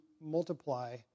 multiply